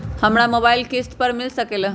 हमरा मोबाइल किस्त पर मिल सकेला?